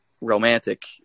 romantic